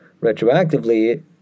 retroactively